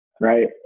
right